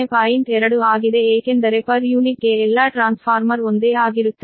2 ಆಗಿದೆ ಏಕೆಂದರೆ per unit ಗೆ ಎಲ್ಲಾ ಟ್ರಾನ್ಸ್ಫಾರ್ಮರ್ ಒಂದೇ ಆಗಿರುತ್ತದೆ